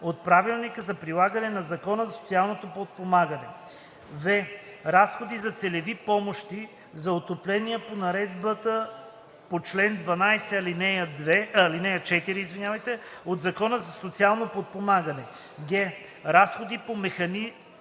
от Правилника за прилагане на Закона за социално подпомагане; в) разходи за целеви помощи за отопление по наредбата по чл. 12, ал. 4 от Закона за социално подпомагане; г) разходи по механизма